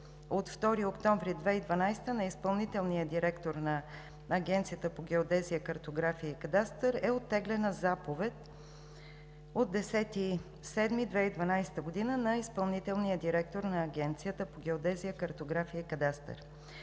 от 2 октомври 2012 г. на изпълнителния директор на Агенцията по геодезия и картография и кадастър е оттеглена заповед от 10 юли 2012 г. на изпълнителния директор на Агенцията по геодезия, картография и кадастър.